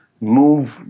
move